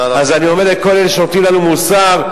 אני אומר לכל אלה שנותנים לנו מוסר,